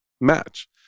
match